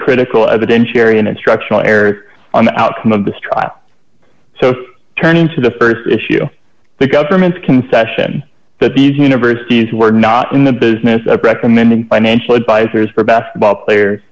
critical evidence cherry and instructional errors on the outcome of this trial so turning to the st issue the government's concession that these universities were not in the business of recommending financial advisors for basketball players